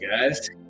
guys